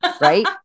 right